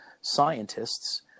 scientists